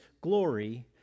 glory